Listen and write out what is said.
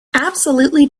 absolutely